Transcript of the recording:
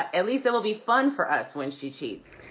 at at least it will be fun for us when she cheats?